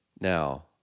Now